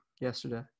yesterday